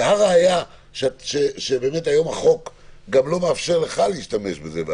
והראיה היא שהחוק גם לא מאפשר לך להשתמש בזה.